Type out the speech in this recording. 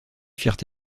firent